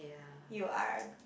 you are a